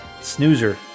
snoozer